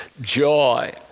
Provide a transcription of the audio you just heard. joy